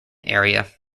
area